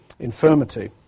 infirmity